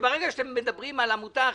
שברגע שאתם מדברים על עמותה אחרת,